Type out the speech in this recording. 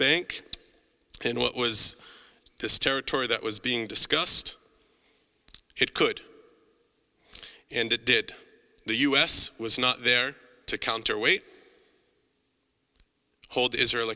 bank and what was this territory that was being discussed it could and it did the u s was not there to counterweight hold israel